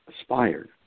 aspired